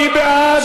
מי בעד?